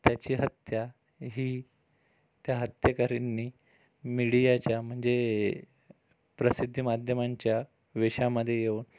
त्याची हत्या ही त्या हत्येकरींनी मीडियाच्या म्हणजे प्रसिद्धी माध्यमांच्या विषयामध्ये येऊन